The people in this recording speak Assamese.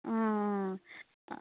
অঁ